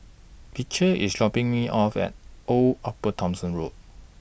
Beecher IS dropping Me off At Old Upper Thomson Road